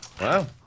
Wow